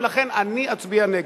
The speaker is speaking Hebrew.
ולכן אני אצביע נגד.